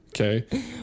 okay